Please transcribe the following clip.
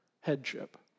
headship